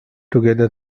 together